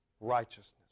Righteousness